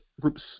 groups